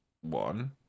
one